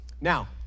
Now